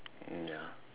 ya